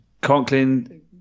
Conklin